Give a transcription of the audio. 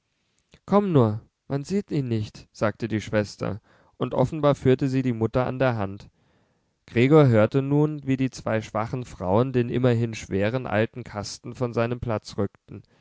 komm nur man sieht ihn nicht sagte die schwester und offenbar führte sie die mutter an der hand gregor hörte nun wie die zwei schwachen frauen den immerhin schweren alten kasten von seinem platz rückten